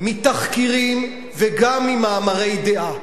מתחקירים, וגם ממאמרי דעה.